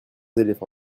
éléphants